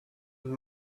und